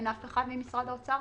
ממשרד האוצר?